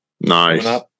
Nice